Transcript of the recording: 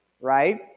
right